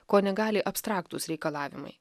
ko negali abstraktūs reikalavimai